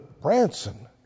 Branson